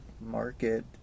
market